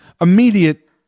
immediate